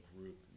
group